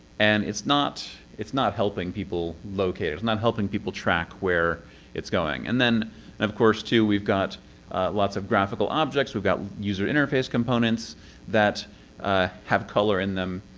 and it's not it's not helping people locate. it's not helping people track where it's going. and then of course too we've got lots of graphical objects. we've got user interface components that have color in them,